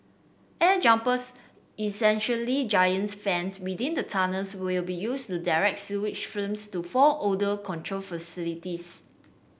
air jumpers essentially giants fans within the tunnels will be used to direct sewage fumes to four odour control facilities